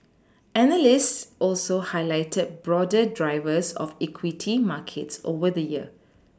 analysts also highlighted broader drivers of equity markets over the year